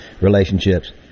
relationships